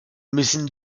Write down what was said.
müssen